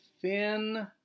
thin